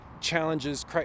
challenges